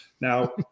Now